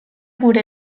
gure